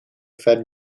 fed